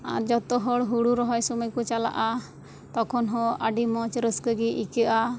ᱡᱚᱛᱚ ᱦᱚᱲ ᱦᱩᱲᱩ ᱨᱚᱦᱚᱭ ᱥᱩᱢᱟᱹᱭ ᱠᱚ ᱪᱟᱞᱟᱜᱼᱟ ᱛᱚᱠᱷᱚᱱ ᱦᱚᱸ ᱟᱹᱰᱤ ᱢᱚᱡᱽ ᱨᱟᱹᱥᱠᱟᱹ ᱜᱮ ᱟᱹᱭᱠᱟᱹᱜᱼᱟ